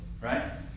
Right